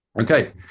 Okay